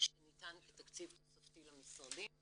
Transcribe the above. שניתן כתקציב תוספתי למשרדים,